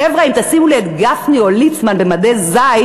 חבר'ה, אם תשימו לי את גפני או ליצמן במדי זית,